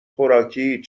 خوراکی